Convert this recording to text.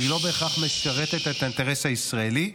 היא לא בהכרח משרתת את האינטרס הישראלי,